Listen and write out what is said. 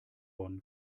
bonn